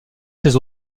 ses